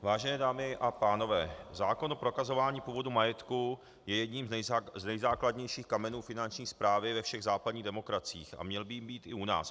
Vážené dámy a pánové, zákon o prokazování původu majetku je jedním z nejzákladnějších kamenů finanční správy ve všech západních demokraciích a měl by být i u nás.